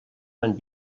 han